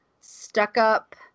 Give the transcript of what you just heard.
stuck-up